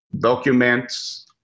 documents